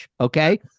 okay